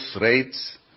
rates